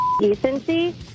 decency